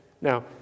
Now